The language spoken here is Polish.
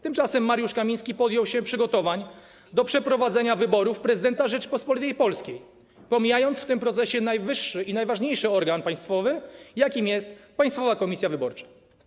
Tymczasem Mariusz Kamiński podjął się przygotowań do przeprowadzenia wyborów prezydenta Rzeczypospolitej Polskiej, pomijając w tym procesie najwyższy i najważniejszy organ państwowy, jakim jest Państwowa Komisja Wyborcza.